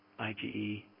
IgE